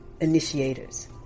initiators